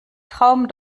traum